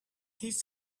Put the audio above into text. his